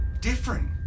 different